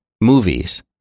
movies